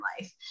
life